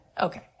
Okay